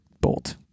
bolt